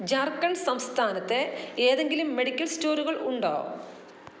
ജാർഖണ്ഡ് സംസ്ഥാനത്ത് ഏതെങ്കിലും മെഡിക്കൽ സ്റ്റോറുകൾ ഉണ്ടോ